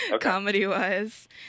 Comedy-wise